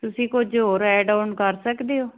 ਤੁਸੀਂ ਕੁਝ ਹੋਰ ਐਡ ਆਨ ਕਰ ਸਕਦੇ ਹੋ